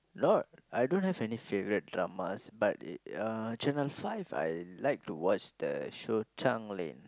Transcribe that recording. not I don't have any favourite dramas but uh uh Channel Five I like to watch the show Tanglin